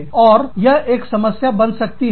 और यह एक समस्या बन सकती है